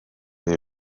neu